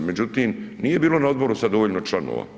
Međutim, nije bilo na odboru sada dovoljno članova.